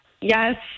Yes